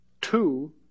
two